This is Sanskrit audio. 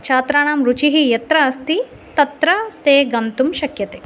छात्रानां रुचिः यत्र अस्ति तत्र ते गन्तुं शक्यते